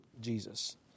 Jesus